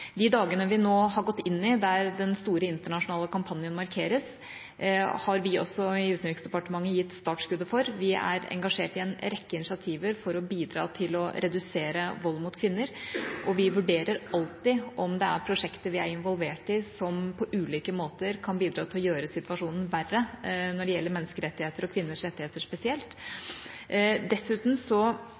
De dagene vi nå har gått inn i, der den store internasjonale kampanjen markeres, har også vi i Utenriksdepartementet gitt startskuddet for. Vi er engasjert i en rekke initiativer for å bidra til å redusere vold mot kvinner, og vi vurderer alltid om prosjekter som vi er involvert i, på ulike måter kan bidra til å gjøre situasjonen verre når det gjelder menneskerettigheter og kvinners rettigheter spesielt.